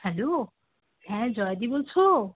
hello হ্যাঁ জয়া দি বলছো